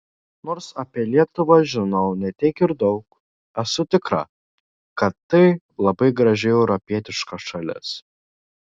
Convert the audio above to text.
nors apie lietuvą žinau ne tiek ir daug esu tikra kad tai labai graži europietiška šalis